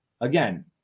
Again